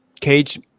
Cage